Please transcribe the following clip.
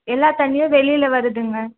எல்லா தண்ணியும் வெளியில் வருதுங்க